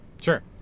sure